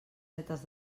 netes